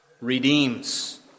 redeems